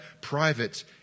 private